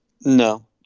No